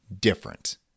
different